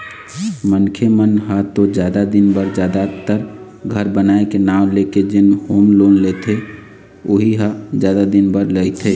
मनखे मन ह तो जादा दिन बर जादातर घर बनाए के नांव लेके जेन होम लोन लेथे उही ह जादा दिन बर रहिथे